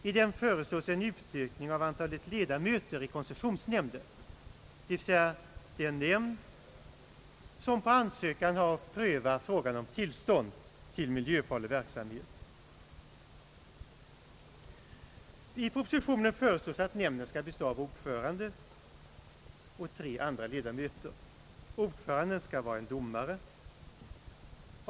I den föreslås en ökning av antalet ledamöter i koncessionsnämnden, dvs. den nämnd som på ansökan har att pröva frågan om tillstånd till miljöfarlig verksamhet. I propositionen föreslås att nämnden skall bestå av ordförande och tre andra ledamöter. Ordföranden skall vara domare.